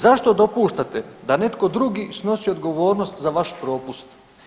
Zašto dopuštate da netko drugi snosi odgovornost za vaš propust?